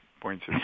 points